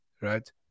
right